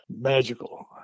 magical